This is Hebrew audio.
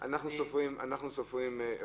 אנחנו סופרים עופות.